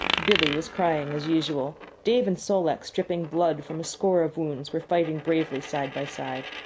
billee was crying as usual. dave and sol-leks, dripping blood from a score of wounds, were fighting bravely side by side.